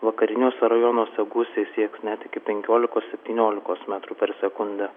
vakariniuose rajonuose gūsiai sieks net iki penkiolikos septyniolikos metrų per sekundę